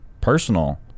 personal